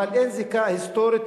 אבל אין זיקה היסטורית,